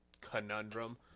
conundrum